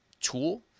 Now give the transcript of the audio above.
tool